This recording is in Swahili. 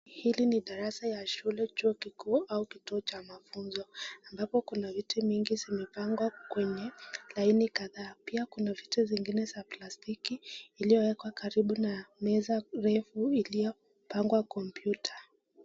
Hili ni darasa ya shule chuo kikuu au kituo cha mafunzo sababu kuna viti mingi vimepangwa kwenye laini kadhaa, pia kuna viti vingine vya plastiki iliyowekwa karibu na meza refu iliyopangwa (BMcs) computer .